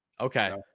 Okay